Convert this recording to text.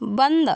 बंद